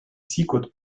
sigurd